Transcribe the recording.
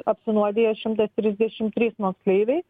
apsinuodijo šimtas trisdešimt trys moksleiviai